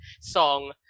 song